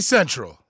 Central